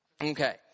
Okay